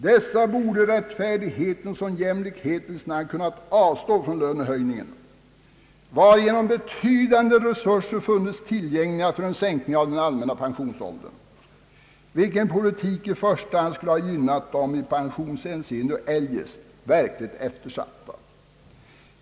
Dessa grupper borde i rättfärdighetens och jämlikhetens namn ha kunnat avstå från dessa lönehöjningar, varigenom betydande resurser skulle ha gjorts tillgängliga för en sänkning av den allmänna pensionsåldern, en politik som i första hand skulle ha gynnat de i pensionshänseende och andra avseenden verkligt eftersatta grupperna.